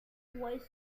weighs